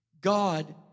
God